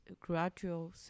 gradual